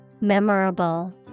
Memorable